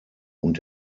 und